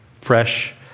fresh